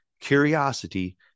curiosity